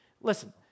Listen